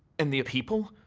and the people?